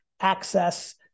access